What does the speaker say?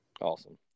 Awesome